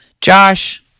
Josh